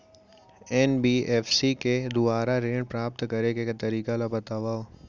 NBFC के दुवारा ऋण प्राप्त करे के तरीका ल बतावव?